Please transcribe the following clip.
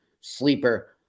sleeper